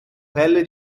pelle